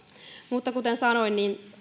mutta kuten sanoin